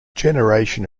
generation